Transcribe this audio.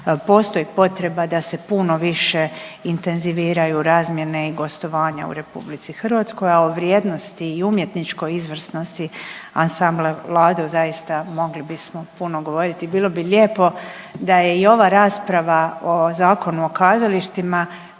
Postoji potreba da se puno više intenziviraju razmjene i gostovanja u RH, a o vrijednosti i umjetničkoj izvrsnosti Ansambla Lado zaista, mogli bismo puno govoriti i bilo bi lijepo da je i ova rasprava o Zakonu o kazalištima